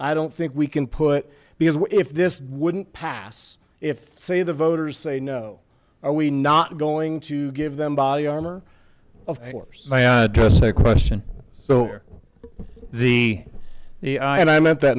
i don't think we can put because if this wouldn't pass if say the voters say no are we not going to give them body armor of course just a question so the the i and i meant that